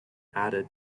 added